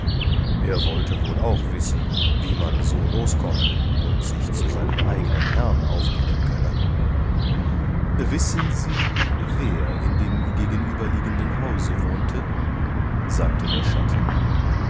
er wollte wohl auch wissen wie man so loskommen und sich zu seinem eigenen herrn aufdienen könne wissen sie wer in dem gegenüberliegenden hause wohnte sagte der schatten